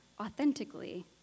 authentically